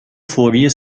فوری